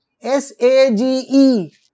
S-A-G-E